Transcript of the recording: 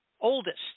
oldest